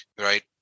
right